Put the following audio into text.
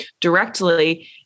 directly